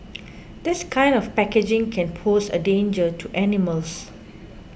this kind of packaging can pose a danger to animals